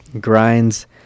grinds